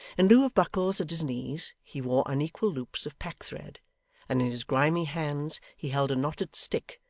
in lieu of buckles at his knees, he wore unequal loops of packthread and in his grimy hands he held a knotted stick,